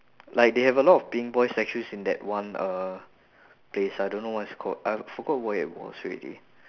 like they have a lot of peeing boy statues in that one uh place I don't know what is it called I forgot where it was already